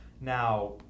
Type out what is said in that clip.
Now